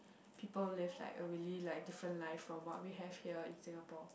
people live like a really like different life from what we have here in Singapore